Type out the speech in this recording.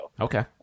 Okay